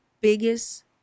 biggest